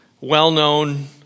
well-known